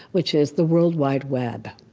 which is the world wide web.